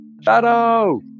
Shadow